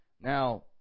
now